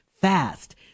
fast